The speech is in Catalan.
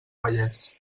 vallès